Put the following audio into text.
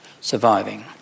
surviving